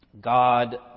God